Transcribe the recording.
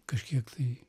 kažkiek tai